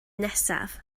nesaf